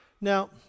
Now